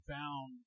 found